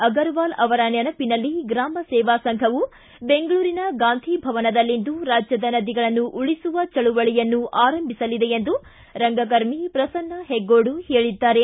ಅಗರವಾಲ್ ಅವರ ನೆನಪಿನಲ್ಲಿ ಗ್ರಾಮ ಸೇವಾ ಸಂಘವು ಬೆಂಗಳೂರಿನ ಗಾಂಧಿ ಭವನದಲ್ಲಿಂದು ರಾಜ್ಯದ ನದಿಗಳನ್ನು ಉಳಿಸುವ ಚಳುವಳಿಯನ್ನು ಆರಂಭಿಸಲಿದೆ ಎಂದು ರಂಗಕರ್ಮಿ ಪ್ರಸನ್ನ ಹೆಗ್ಗೋಡು ಹೇಳಿದ್ದಾರೆ